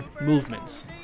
movements